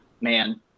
Man